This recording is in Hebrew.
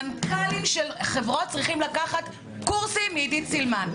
מנכ"לים של חברות צריכים לקחת קורסים מעידית סילמן.